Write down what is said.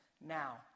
now